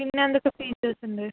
പിന്നെന്തൊക്കെ ഫീച്ചേഴ്സുണ്ട്